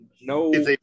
no